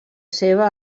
seva